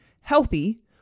healthy